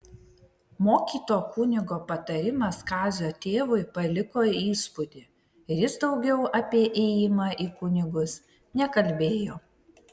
mokyto kunigo patarimas kazio tėvui paliko įspūdį ir jis daugiau apie ėjimą į kunigus nekalbėjo